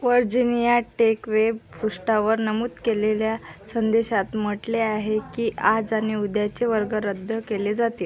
Virginia Tech web पृष्ठावर नमूद केलेल्या संदेशात म्हटले आहे की आज आणि उद्याचे वर्ग रद्द केले जातील